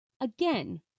again